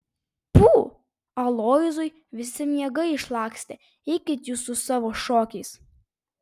pfu aloyzui visi miegai išlakstė eikit jūs su savo šokiais